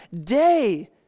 day